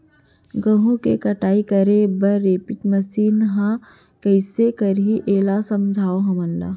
गेहूँ के कटाई करे बर रीपर मशीन ह कइसे रही, एला समझाओ हमन ल?